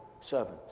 servants